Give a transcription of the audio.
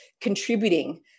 contributing